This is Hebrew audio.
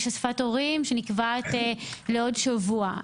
יש אספת הורים שנקבעת לעוד שבוע,